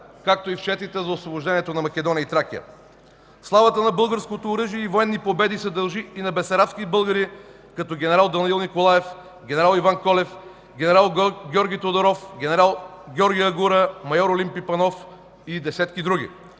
както и в четите за освобождението на Македония и Тракия. Славата на българското оръжие и военни победи се дължи и на бесарабски български, като генерал Данаил Николаев, генерал Иван Колев, генерал Георги Тодоров, генерал Георги Ягура, майор Олимпи Панов и десетки други.